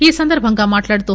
ఈ సందర్భంగా మాట్లాడుతూ